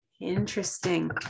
Interesting